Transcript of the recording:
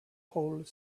whole